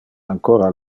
ancora